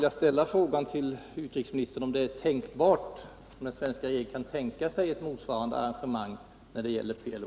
Jag vill därför fråga utrikesministern om regeringen kan tänka sig ett motsvarande arrangemang när det gäller PLO.